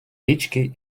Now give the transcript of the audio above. річки